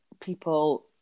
people